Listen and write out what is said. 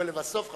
ולבסוף,